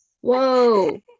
Whoa